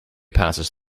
passes